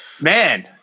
man